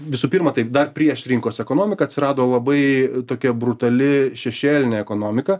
visų pirma taip dar prieš rinkos ekonomiką atsirado labai tokia brutali šešėlinė ekonomika